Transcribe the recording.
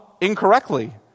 incorrectly